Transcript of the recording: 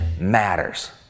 matters